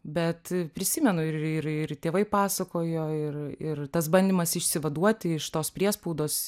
bet prisimenu ir ir ir tėvai pasakojo ir ir tas bandymas išsivaduoti iš tos priespaudos